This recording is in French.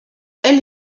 elle